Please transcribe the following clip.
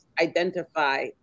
Identify